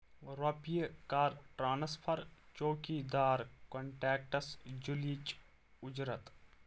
رۄپیہِ کَر ٹرانسفر چوٗکی دار کنٹیکٹَس جُلایِچ اُجرت